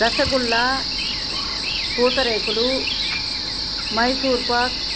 రసగుల్లా పూతరేకులు మైసూర్పాక్